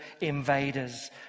invaders